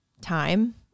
time